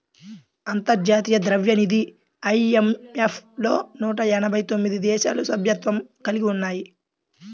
అంతర్జాతీయ ద్రవ్యనిధి ఐ.ఎం.ఎఫ్ లో నూట ఎనభై తొమ్మిది దేశాలు సభ్యత్వం కలిగి ఉన్నాయి